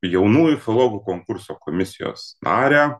jaunųjų filologų konkurso komisijos narę